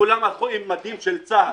כולם הלכו עם מדים של צה"ל.